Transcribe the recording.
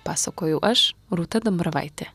pasakojau aš rūta dambravaitė